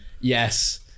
Yes